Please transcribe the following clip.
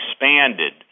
expanded